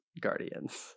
Guardians